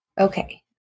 Okay